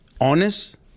honest